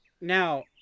Now